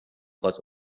خواست